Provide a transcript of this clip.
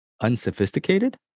unsophisticated